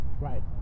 right